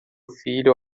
filho